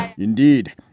Indeed